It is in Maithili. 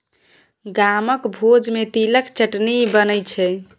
गामक भोज मे तिलक चटनी बनै छै